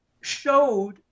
showed